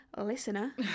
listener